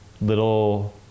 little